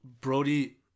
Brody